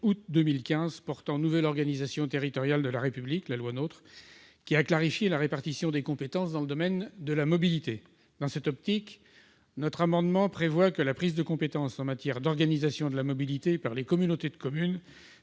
août 2015 portant nouvelle organisation territoriale de la République, dite loi NOTRe, qui a clarifié la répartition des compétences dans le domaine de la mobilité. Dans cette optique, notre amendement tend à prévoir que la prise de compétence en matière d'organisation de la mobilité par les communautés de communes